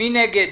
מי נגד?